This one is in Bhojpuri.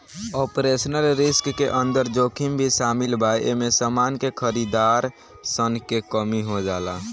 ऑपरेशनल रिस्क के अंदर जोखिम भी शामिल बा एमे समान के खरीदार सन के कमी हो जाला